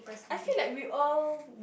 I feel like we all